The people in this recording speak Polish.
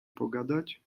pogadać